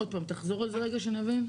רגע, תחזור על זה עוד פעם שאני אבין.